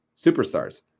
superstars